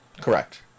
Correct